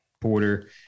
porter